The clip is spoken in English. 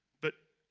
but,